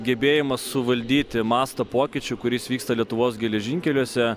gebėjimas suvaldyti mastą pokyčių kuris vyksta lietuvos geležinkeliuose